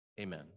Amen